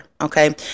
Okay